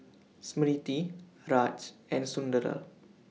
Smriti Raj and Sunderlal